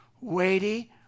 weighty